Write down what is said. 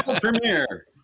premiere